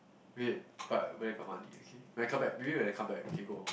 wait but when I got money okay when I come back maybe when I come back we can go